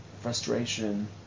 frustration